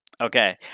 okay